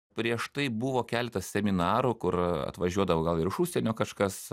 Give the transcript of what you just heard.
prieš tai buvo keletas seminarų kur atvažiuodavo gal ir iš užsienio kažkas